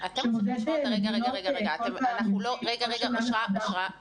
אבל בתחום